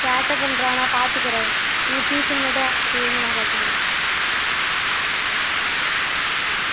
சேட்டை பண்ணுறான் நான் பார்த்துக்குறேன் நீங்கள் டியூஷன் மட்டும் அனுப்பி வைங்க நான் பார்த்துக்குறேன் ஆ